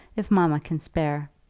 if mamma can spare